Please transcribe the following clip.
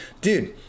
Dude